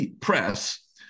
press